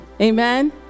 Amen